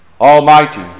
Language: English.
Almighty